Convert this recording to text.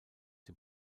dem